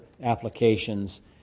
applications